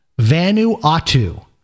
Vanuatu